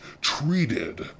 treated